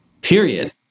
period